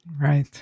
Right